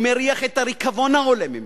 הוא מריח את הריקבון העולה ממנה,